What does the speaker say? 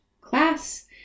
class